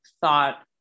thought